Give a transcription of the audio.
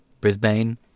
Brisbane